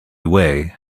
way